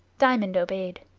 diamond obeyed.